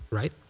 right?